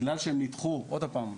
עוד הפעם,